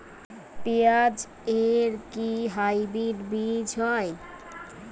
পেঁয়াজ এর কি হাইব্রিড বীজ হয়?